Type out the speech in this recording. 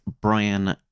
Brian